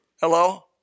Hello